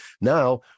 Now